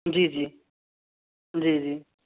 جی جی جی جی